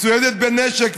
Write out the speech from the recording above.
מצוידת בנשק.